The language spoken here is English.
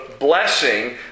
blessing